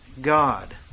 God